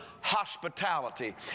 hospitality